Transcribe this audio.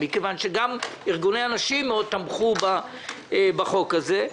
מכיוון שגם ארגוני הנשים תמכו מאוד בהצעת החוק הזאת.